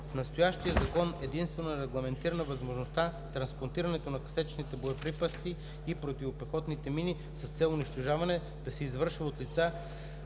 настоящия закон единствено е регламентирана възможността транспортирането на касетъчните боеприпаси и противопехотните мини с цел унищожаване да се извършва от лицата,